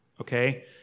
okay